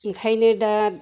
ओंखायनो दा